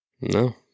No